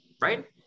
right